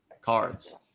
cards